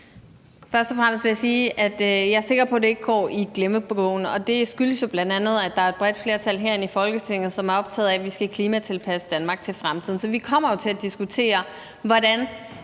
Først og fremmest vil jeg sige, at jeg er sikker på, at det ikke går i glemmebogen, og det skyldes jo bl.a., at der er et bredt flertal herinde i Folketinget, som er optaget af, at vi skal klimatilpasse Danmark til fremtiden. Så vi kommer jo til at diskutere, hvordan